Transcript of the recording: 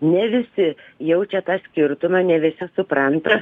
ne visi jaučia tą skirtumą ne visi supranta